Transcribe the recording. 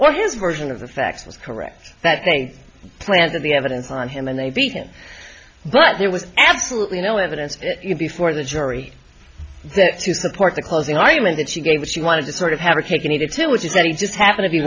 what is version of the facts was correct that they planned the evidence on him and they beat him but there was absolutely no evidence before the jury that to support the closing argument that she gave that she wanted to sort of have a cake and eat it too which is that he just happened to be